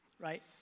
right